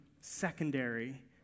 secondary